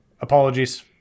Apologies